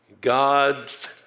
God's